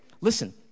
Listen